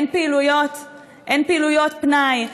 אין פעילויות פנאי,